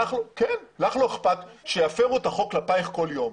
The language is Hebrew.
לך לא אכפת שיפרו את החוק כלפיך כל יום,